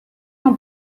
non